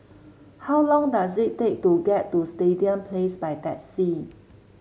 how long does it take to get to Stadium Place by taxi